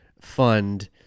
fund